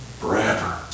forever